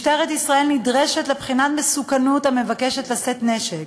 משטרת ישראל נדרשת לבחינת מסוכנות המבקש לשאת נשק,